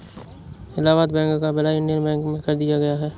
Allahabad bank का विलय Indian bank में कर दिया गया है